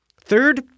Third